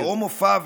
ההומו פאבר.